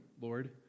lord